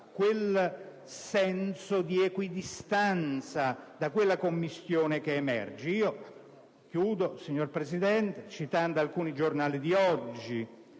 un senso di giusta distanza dalla commistione che emerge. Concludo, signor Presidente, citando alcuni giornali di oggi: